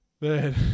man